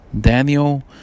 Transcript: Daniel